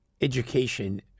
education